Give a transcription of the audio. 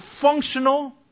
functional